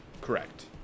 correct